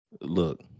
Look